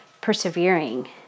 persevering